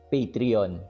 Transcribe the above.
Patreon